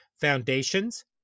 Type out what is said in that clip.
foundations